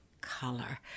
color